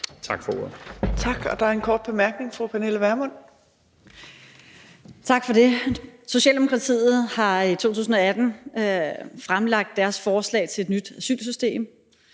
Tak for ordet.